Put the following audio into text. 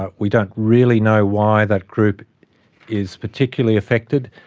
ah we don't really know why that group is particularly affected.